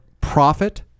profit